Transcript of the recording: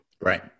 Right